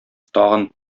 тагын